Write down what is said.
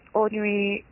ordinary